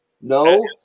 No